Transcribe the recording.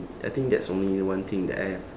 I think that's only one thing that I have